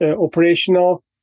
operational